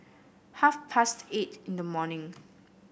half past eight in the morning